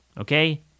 Okay